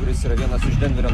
kuris yra vienas iš denverio